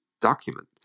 document